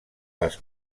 les